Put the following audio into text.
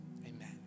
amen